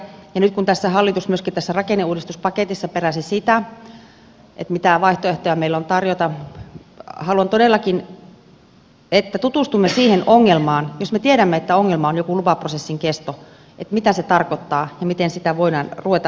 nyt kun hallitus myöskin tässä rakenneuudistuspaketissa peräsi sitä mitä vaihtoehtoja meillä on tarjota haluan todellakin että tutustumme siihen ongelmaan jos me tiedämme että ongelma on joku lupaprosessin kesto mitä se tarkoittaa ja miten sitä voidaan ruveta helpottamaan